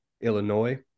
Illinois